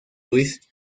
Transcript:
ruiz